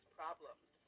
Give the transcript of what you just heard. problems